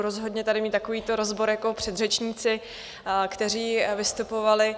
Rozhodně tady nebudu mít takový rozbor jako předřečníci, kteří vystupovali.